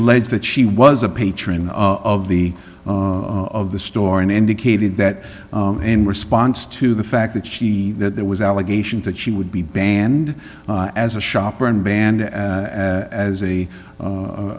alleged that she was a patron of the of the store and indicated that in response to the fact that she that there was allegations that she would be banned as a shopper and banned as a